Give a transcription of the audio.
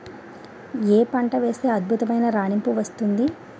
ఏ పంట వేస్తే అద్భుతమైన రాణింపు వస్తుంది?